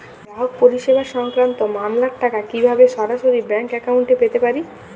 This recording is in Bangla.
গ্রাহক পরিষেবা সংক্রান্ত মামলার টাকা কীভাবে সরাসরি ব্যাংক অ্যাকাউন্টে পেতে পারি?